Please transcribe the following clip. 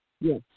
Yes